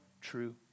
true